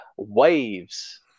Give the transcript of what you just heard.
waves